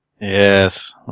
Yes